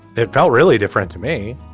it felt really different to me.